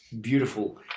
Beautiful